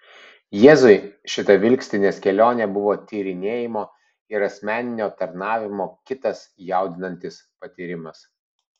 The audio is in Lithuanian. jėzui šita vilkstinės kelionė buvo tyrinėjimo ir asmeninio tarnavimo kitas jaudinantis patyrimas